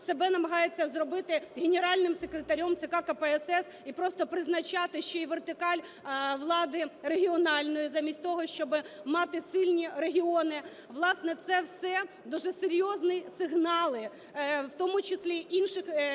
себе намагається зробити генеральним секретарем ЦККПСС і просто призначати ще й вертикаль влади регіональної, замість того, щоби мати сильні регіони. Власне, це все дуже серйозні сигнали, в тому числі інших